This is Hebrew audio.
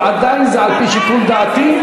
ועדיין זה על-פי שיקול דעתי,